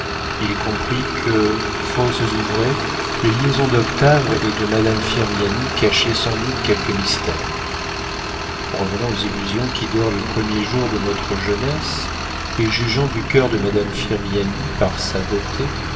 il comprit que fausses ou vraies les liaisons d'octave et de madame firmiani cachaient sans doute quelque mystère revenant aux illusions qui dorent les premiers jours de notre jeunesse et jugeant du coeur de madame firmiani par sa beauté